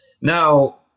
Now